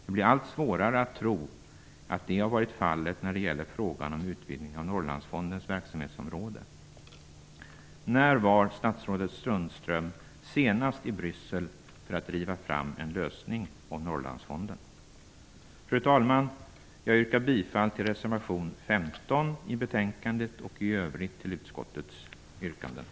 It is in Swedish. Det blir allt svårare att tro att så har varit fallet när det gäller frågan om utvidgning av Norrlandsfondens verksamhetsområde. När var statsrådet Sundström senast i Bryssel för att driva fram en lösning på frågan om Norrlandsfonden? Fru talman! Jag yrkar bifall till reservation 15 i betänkandet och i övrigt till utskottets hemställan.